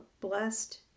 blessed